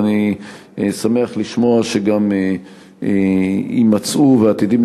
ואני שמח לשמוע שגם יימצאו ועתידים